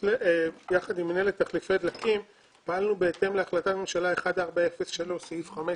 יחד עם מינהלת תחליפי דלקים פעלנו בהתאם להחלטת הממשלה 1403 סעיף 15